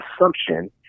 assumption